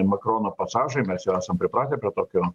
makrono pasažai mes jau esam pripratę prie tokio